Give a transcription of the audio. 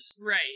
Right